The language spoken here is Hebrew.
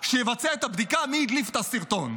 שיבצע את הבדיקה מי הדליף את הסרטון.